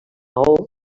maó